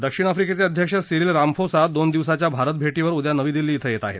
दक्षिण आफ्रीकेचे अध्यक्ष सिरिल रामफोसा दोन दिवसाच्या भारत भेटीवर उद्या नवी दिल्ली बं येत आहेत